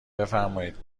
بفرمایید